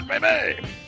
baby